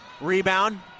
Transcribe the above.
Rebound